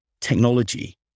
technology